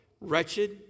Wretched